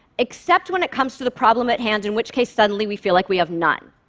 except when it comes to the problem at hand, in which case, suddenly, we feel like we have none.